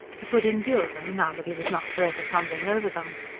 he could endure them, now that he was not for ever tumbling over them.